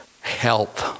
help